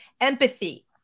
empathy